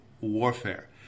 warfare